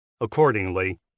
Accordingly